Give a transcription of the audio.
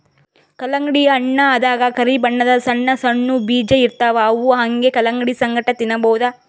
ಕಲ್ಲಂಗಡಿ ಹಣ್ಣ್ ದಾಗಾ ಕರಿ ಬಣ್ಣದ್ ಸಣ್ಣ್ ಸಣ್ಣು ಬೀಜ ಇರ್ತವ್ ಅವ್ ಹಂಗೆ ಕಲಂಗಡಿ ಸಂಗಟ ತಿನ್ನಬಹುದ್